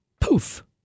poof